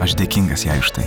aš dėkingas jai už štai